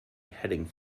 heading